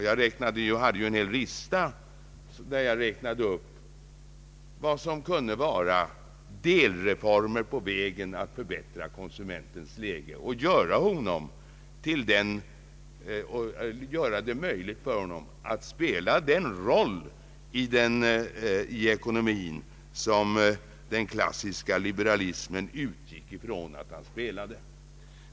Jag hade ju en hel lista, där jag räknade upp vad som kunde vara delreformer på vägen att förbättra konsumentens läge och göra det möjligt för honom att uppbära den roll i ekonomin som den klassiska liberalismen utgick ifrån att han spelade.